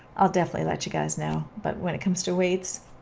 i'll definitely let you guys know. but when it comes to weights,